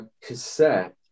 cassette